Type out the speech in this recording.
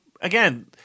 again